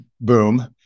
boom